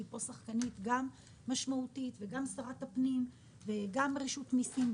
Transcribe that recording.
וגם שרת הפנים ורשות המיסים יירתמו.